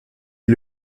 est